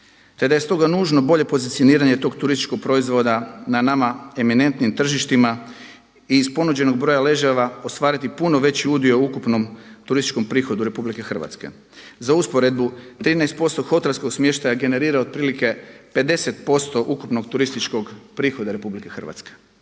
te da je stoga nužno bolje pozicioniranje tog turističkog proizvoda na nama eminentnim tržištima i iz ponuđenih broja ležajeva ostvariti puno veći udio u ukupnom turističkom prihodu Republike Hrvatske. Za usporedbu 13% hotelskog smještaja generira otprilike 50% ukupnog turističkog prihoda Republike Hrvatske.